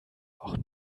auch